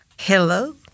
Hello